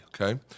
Okay